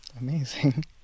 amazing